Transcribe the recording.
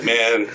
Man